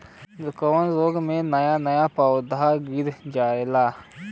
कवने रोग में नया नया पौधा गिर जयेला?